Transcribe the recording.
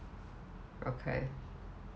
okay